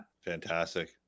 Fantastic